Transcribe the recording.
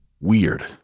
weird